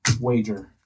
wager